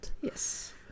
Yes